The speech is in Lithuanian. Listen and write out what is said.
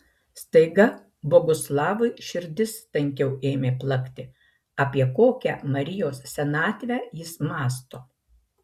staiga boguslavui širdis tankiau ėmė plakti apie kokią marijos senatvę jis mąsto